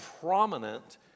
prominent